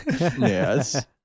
Yes